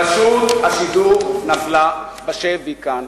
רשות השידור נפלה בשבי כאן,